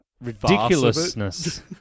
ridiculousness